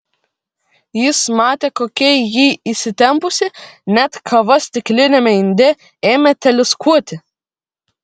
jis matė kokia ji įsitempusi net kava stikliniame inde ėmė teliūskuoti